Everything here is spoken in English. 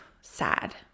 sad